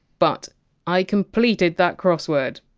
but i completed that crossword.